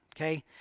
okay